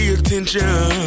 attention